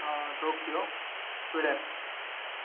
Tokyo Sweden